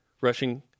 rushing